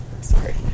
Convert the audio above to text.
Sorry